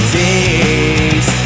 days